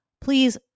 please